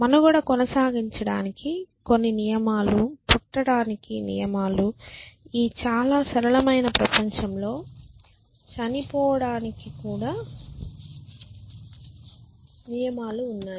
మనుగడ కొనసాగించడానికి కొన్ని నియమాలు పుట్టడానికి నియమాలు ఈ చాలా సరళమైన ప్రపంచంలో చనిపోవడానికి కూడా నియమాలు ఉన్నాయి